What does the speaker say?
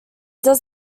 does